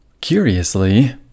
Curiously